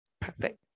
Perfect